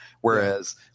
Whereas